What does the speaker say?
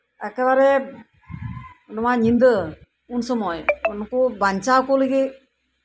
ᱮᱠᱮᱵᱟᱨᱮ ᱱᱚᱶᱟ ᱧᱤᱫᱟᱹ ᱩᱱᱥᱚᱢᱚᱭ ᱩᱱᱠᱩ ᱵᱟᱧᱪᱟᱣ ᱠᱚ ᱞᱟᱹᱜᱤᱫ